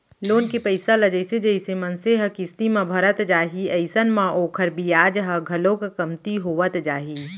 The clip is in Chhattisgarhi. लोन के पइसा ल जइसे जइसे मनसे ह किस्ती ल भरत जाही अइसन म ओखर बियाज ह घलोक कमती होवत जाही